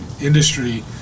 industry